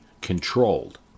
controlled